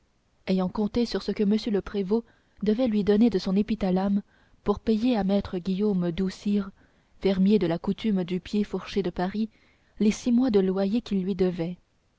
ayant compté sur ce que m le prévôt devait lui donner de son épithalame pour payer à maître guillaume doulx sire fermier de la coutume du pied fourché de paris les six mois de loyer qu'il lui devait